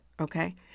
okay